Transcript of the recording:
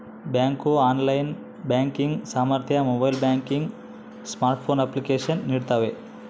bank online banking ಸಾಮರ್ಥ್ಯ mobile banking smartphone application ನೀಡ್ತವೆ